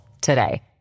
today